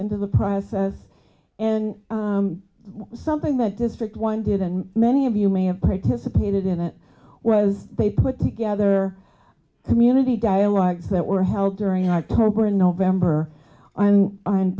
into the process and something that district one did and many of you may have participated in it was they put together a community dialogues that were held during our torpor in november and